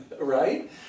right